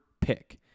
pick